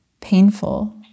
painful